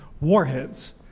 warheads